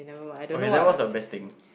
okay that was the best thing